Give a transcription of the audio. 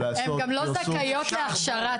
הם גם לא זכאיות להכשרה,